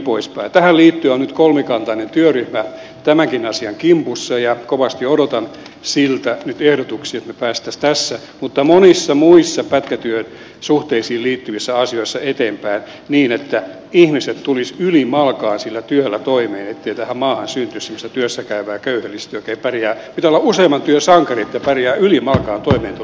tähän liittyen on nyt kolmikantainen työryhmä tämänkin asian kimpussa ja kovasti odotan siltä nyt ehdotuksia että me pääsisimme tässä mutta myös monissa muissa pätkätyösuhteisiin liittyvissä asioissa eteenpäin niin että ihmiset tulisivat ylimalkaan sillä työllä toimeen ettei tähän maahan syntyisi semmoista työssäkäyvää köyhälistöä joka ei pärjää